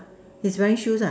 he's wearing shoes ah